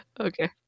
okay